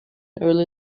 early